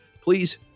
please